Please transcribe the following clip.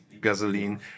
gasoline